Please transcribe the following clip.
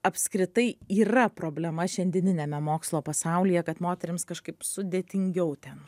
apskritai yra problema šiandieniniame mokslo pasaulyje kad moterims kažkaip sudėtingiau ten